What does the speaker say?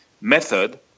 method